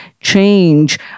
change